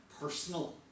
personal